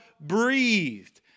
breathed